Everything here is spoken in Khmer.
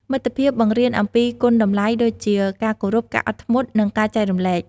មិត្តភាពបង្រៀនអំពីគុណតម្លៃដូចជា ការគោរព អត់ធ្មត់ និងការចែករំលែក។